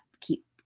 keep